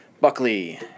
Buckley